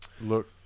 Look